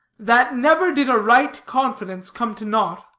that never did a right confidence, come to naught.